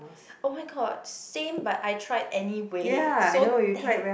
oh-my-god same but I try anywhere so thanks